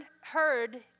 heard